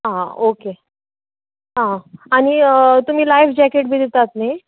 आं ओके आं आनी तुमी लायव जॅकेट बी दितात न्हय